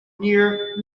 near